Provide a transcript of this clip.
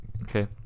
Okay